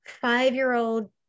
five-year-old